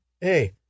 hey